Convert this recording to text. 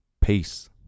Peace